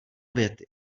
věty